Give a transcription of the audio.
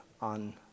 on